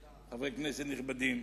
חברי כנסת נכבדים,